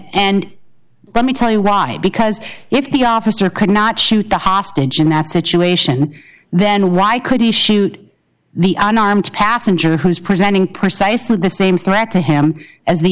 and let me tell you why because if the officer could not shoot the hostage in that situation then why could he shoot the unarmed passenger who is presenting precisely the same threat to him as the